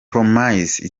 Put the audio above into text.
promises